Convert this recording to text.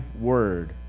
word